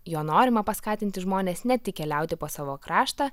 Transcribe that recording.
juo norima paskatinti žmones ne tik keliauti po savo kraštą